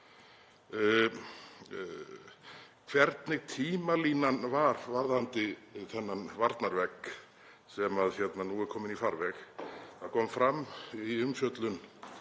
hvernig tímalínan var varðandi þennan varnarvegg sem nú er kominn í farveg. Það kom fram við umfjöllun